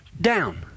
down